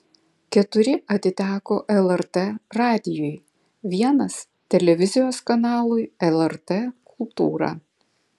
keturi atiteko lrt radijui vienas televizijos kanalui lrt kultūra